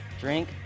drink